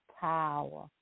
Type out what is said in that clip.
power